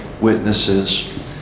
witnesses